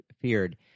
feared